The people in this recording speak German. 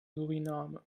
suriname